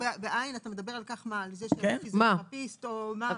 מאיר, אתה מדבר על פיזיותרפיסט למשל?